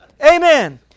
Amen